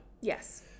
yes